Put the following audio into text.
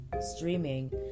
streaming